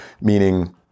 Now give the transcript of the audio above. meaning